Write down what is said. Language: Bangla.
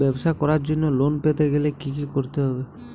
ব্যবসা করার জন্য লোন পেতে গেলে কি কি করতে হবে?